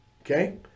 okay